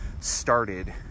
started